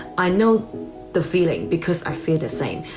i know the feeling because i feel the same.